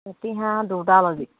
পাতিহাঁহ দুটা ল'বি